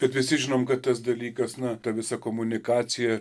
kad visi žinom kad tas dalykas na ta visa komunikacija